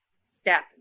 step